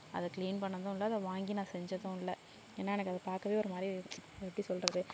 அதை கிளீன் பண்ணதும் இல்லை அதை வாங்கி நான் செஞ்சதும் இல்லை ஏன்னா எனக்கு அது பார்க்கவே ஒரு மாதிரி அது எப்படி சொல்கிறது